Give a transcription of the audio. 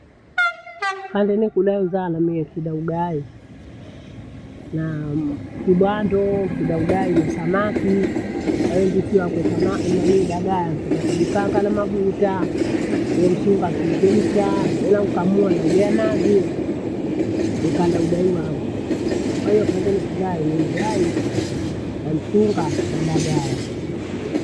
Hande nekudae uzaa namee yesida ugayi. Na- mmh! kibwando, ukida ugayi na samaki, nawe mbisi wako tama nanii dagaa thita kujikaanga na mafuta. We msunga akimchemshaa dela ukamue wanaugea nazi ukanda ugayi avo. Kwahiyo kande nikulayo ni ugayi na msunga na dagaya.